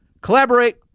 Collaborate